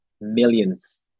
millions